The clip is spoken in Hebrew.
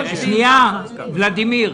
ולדימיר,